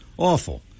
Awful